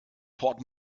port